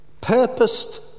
purposed